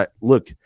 look